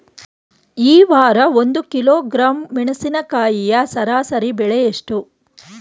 ಈ ವಾರ ಒಂದು ಕಿಲೋಗ್ರಾಂ ಮೆಣಸಿನಕಾಯಿಯ ಸರಾಸರಿ ಬೆಲೆ ಎಷ್ಟು?